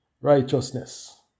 righteousness